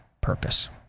purpose